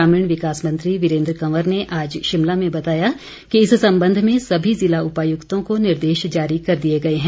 ग्रामीण विकास मंत्री वीरेन्द्र कंवर ने आज शिमला में बताया कि इस संबंध में सभी जिला उपायुक्तों को निर्देश जारी कर दिए गए हैं